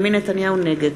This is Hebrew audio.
נגד